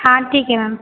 हां ठीक आहे मॅम